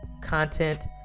content